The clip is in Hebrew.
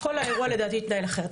כל האירוע לדעתי יתנהל אחרת.